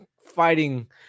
fighting